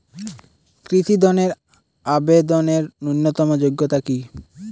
কৃষি ধনের আবেদনের ন্যূনতম যোগ্যতা কী?